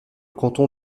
canton